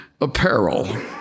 apparel